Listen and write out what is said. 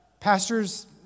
pastors